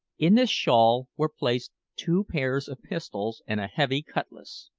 in this shawl were placed two pairs of pistols and a heavy cutlass.